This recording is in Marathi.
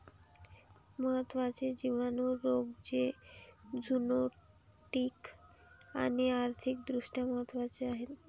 महत्त्वाचे जिवाणू रोग जे झुनोटिक आणि आर्थिक दृष्ट्या महत्वाचे आहेत